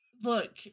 Look